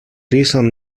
reason